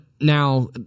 now